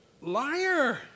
Liar